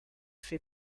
fait